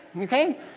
Okay